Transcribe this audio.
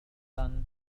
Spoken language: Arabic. لندن